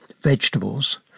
vegetables